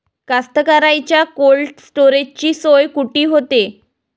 कास्तकाराइच्या कोल्ड स्टोरेजची सोय कुटी होते?